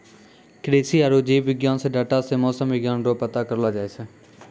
कृषि आरु जीव विज्ञान मे डाटा से मौसम विज्ञान रो पता करलो जाय छै